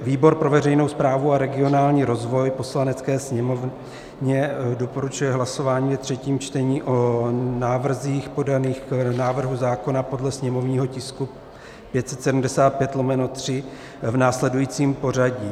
Výbor pro veřejnou správu a regionální rozvoj Poslanecké sněmovně doporučuje hlasování ve třetím čtení o návrzích podaných k návrhu zákona podle sněmovního tisku 575/3 v následujícím pořadí: